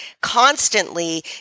constantly